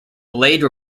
blade